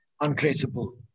untraceable